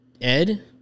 Ed